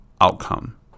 outcome